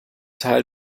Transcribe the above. teil